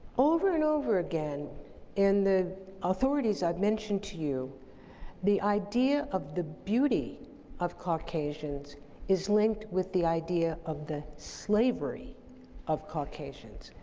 over and over again in the authorities i've mentioned to you the idea of the beauty of caucasians is linked with the idea of the slavery of caucasians.